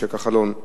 משה כחלון.